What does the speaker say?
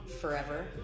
forever